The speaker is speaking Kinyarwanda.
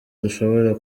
dushobora